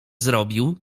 zrobił